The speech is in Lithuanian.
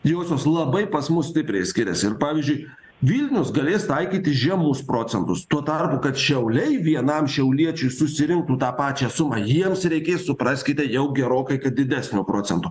josios labai pas mus stipriai skiriasi ir pavyzdžiui vilnius galės taikyti žemus procentus tuo tarpu kad šiauliai vienam šiauliečiui susirinktų tą pačią sumą jiems reikės supraskite jau gerokai kad didesnio procento